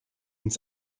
uns